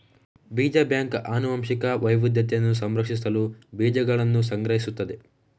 ಬೀಜ ಬ್ಯಾಂಕ್ ಆನುವಂಶಿಕ ವೈವಿಧ್ಯತೆಯನ್ನು ಸಂರಕ್ಷಿಸಲು ಬೀಜಗಳನ್ನು ಸಂಗ್ರಹಿಸುತ್ತದೆ